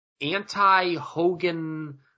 anti-Hogan